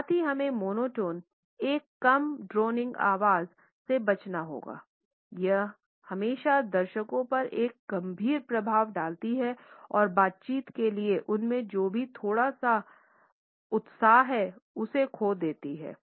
साथ ही हमें मोनोटोन एक कम ड्रोनिंग आवाज़ से बचना चाहिए यह हमेशा दर्शकों पर एक गंभीर प्रभाव डालती है और बातचीत के लिए उनमें जो भी थोड़ा सा उत्साह हो उसको खो देती है